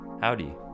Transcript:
howdy